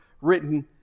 written